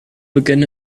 begin